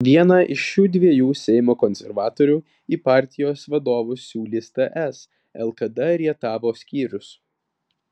vieną iš šių dviejų seimo konservatorių į partijos vadovus siūlys ts lkd rietavo skyrius